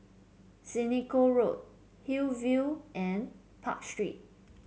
Senoko Road Hillview and Park Street